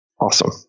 awesome